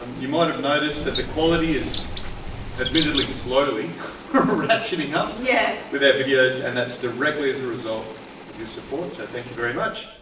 um you might have noticed that the quality is admittedly slowly ratcheting up yeah with our videos and that's directly as a result of your support. so thank you very much.